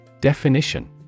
Definition